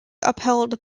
upheld